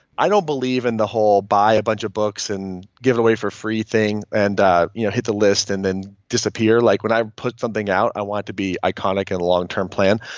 i don't believe in the whole buy a bunch of books and give it away for free thing and you know hit the list and then disappear. like when i put something out i want it to be iconic and a long-term plan.